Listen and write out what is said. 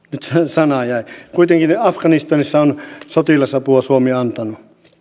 sana jäi kuitenkin afganistanissa on sotilasapua suomi antanut